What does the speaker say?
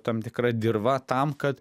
tam tikra dirva tam kad